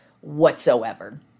whatsoever